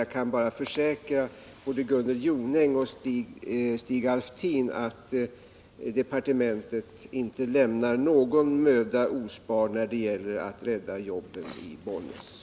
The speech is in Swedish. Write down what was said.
Jag kan bara försäkra både Gunnel Jonäng och Stig Alftin att departementet inte sparar någon möda när det gäller att rädda jobben i Bollnäs.